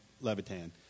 Levitan